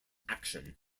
action